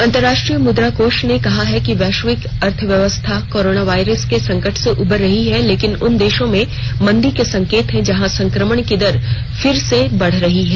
अंतर्राष्ट्रीय मुद्रा कोष ने कहा है कि वैश्विक अर्थव्यवस्था कोरोना वायरस के संकट से उबर रही है लेकिन उन देशो में मंदी के संकेत हैं जहां संक्रमण की दर फिर से बढ़ रही है